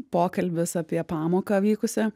pokalbis apie pamoką vykusią